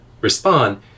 respond